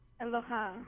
Aloha